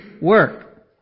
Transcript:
work